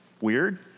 Weird